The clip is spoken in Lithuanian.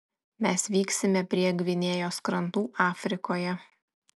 mes vyksime prie gvinėjos krantų afrikoje